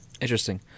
Interesting